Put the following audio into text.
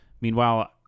Meanwhile